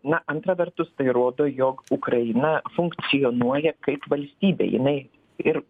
na antra vertus tai rodo jog ukraina funkcionuoja kaip valstybė jinai ir